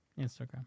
Instagram